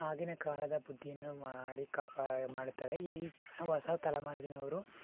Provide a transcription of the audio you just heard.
ಆಗಿನ ಕಾಲದ ಬುದ್ಧಿಯನ್ನು ಮಾಡಿ ಕಾಪಾ ಮಾಡುತ್ತಾರೆ ಈ ಹೊಸ ತಲೆಮಾರಿನವರು